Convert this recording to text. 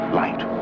light